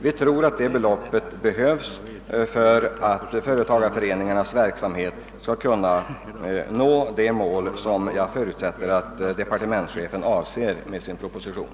Vi tror att det beloppet behövs för att företagareföreningarnas verksamhet skall kunna nå det mål som jag förutsätter att departementschefen avser med sin proposition.